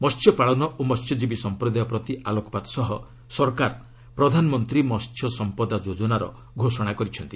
ମହ୍ୟପାଳନ ଓ ମହ୍ୟଜୀବୀ ସମ୍ପ୍ରଦାୟ ପ୍ରତି ଆଲୋକପାତ ସହ ସରକାର ପ୍ରଧାନମନ୍ତ୍ରୀ ମହ୍ୟସମ୍ପଦା ଯୋଜନାର ଘୋଷଣା କରିଛନ୍ତି